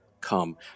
come